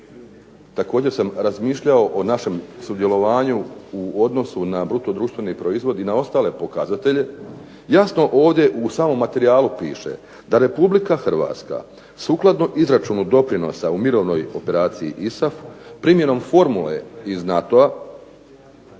također razmišljao o našem sudjelovanju u odnosu na bruto-društveni proizvod i na ostale pokazatelje, jasno ovdje u samom materijalu piše da Republika Hrvatska sukladno izračunu doprinosa u mirovnoj operaciji ISAF primjenom formule iz NATO-a